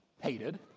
hated